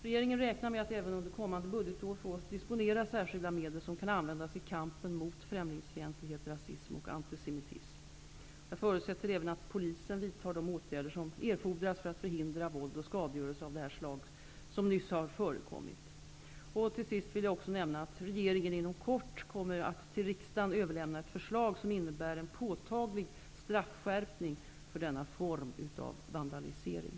Regeringen räknar med att även under kommande budgetår få disponera särskilda medel som kan användas i kampen mot främlingsfientlighet, rasism och antisemitism. Jag förutsätter även att Polisen vidtar de åtgärder som erfordras för att förhindra våld och skadegörelse av det slag som nyss förekommit. Till sist vill jag också nämna att regeringen inom kort kommer att till riksdagen överlämna ett förslag som innebär en påtaglig straffskärpning för denna form av vandalisering.